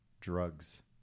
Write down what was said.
drugs